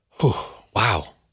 Wow